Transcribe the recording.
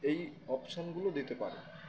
এই অপশানগুলো দিতে পারে